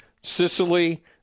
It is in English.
Sicily –